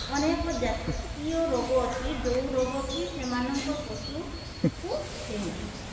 ଅନେକ ଜାତୀୟ ରୋଗ ଅଛି ଯେଉଁ ରୋଗ କି ସେମାନଙ୍କ ପଶୁକୁ ହେଇନଥାଏ